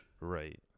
Right